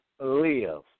live